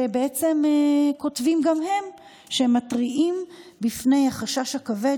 וכותבים גם הם שהם מתריעים מפני החשש הכבד